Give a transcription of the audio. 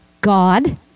God